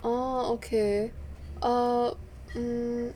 orh okay err mm